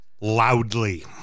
loudly